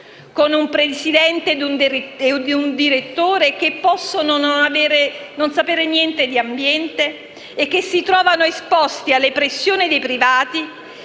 con un presidente e un direttore che possono non sapere niente di ambiente e che si trovano esposti alle pressioni dei privati